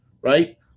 right